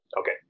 Okay